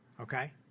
okay